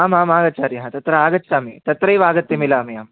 आमामागचार्यः तत्र आगच्छामि तत्रैव आगत्य मिलामि अहं